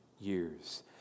years